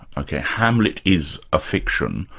okay, hamlet is a fiction.